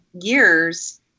years